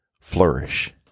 flourish